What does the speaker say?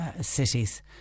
cities